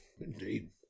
Indeed